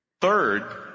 Third